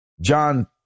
John